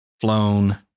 flown